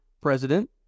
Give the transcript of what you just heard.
president